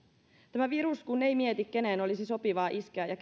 tämä virus kun ei mieti keneen olisi sopivaa iskeä ja